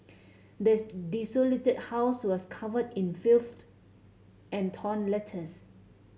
this desolated house was covered in filth and torn letters